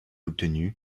obtenue